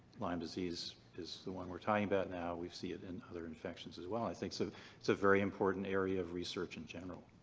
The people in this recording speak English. lyme disease is the one we're talking about now. we see it in other infections as well. i think so it's a very important area of research in general.